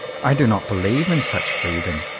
i do not believe in such freedom.